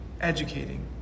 educating